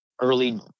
early